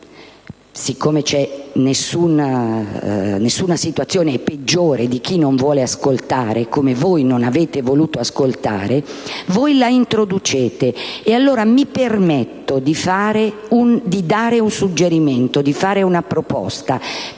siccome non c'è situazione peggiore di chi non vuole ascoltare, come voi non avete voluto ascoltare - voi introducete tale misura, io mi permetto di dare un suggerimento e di fare una proposta.